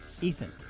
Ethan